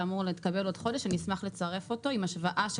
שאמור להתקבל בעוד חודש אשמח לצרף אותו עם השוואה של